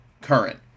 current